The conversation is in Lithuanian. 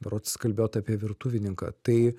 berods kalbėjot apie virtuvininką tai